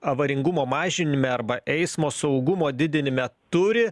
avaringumo mažinime arba eismo saugumo didinime turi